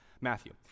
Matthew